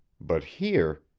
but here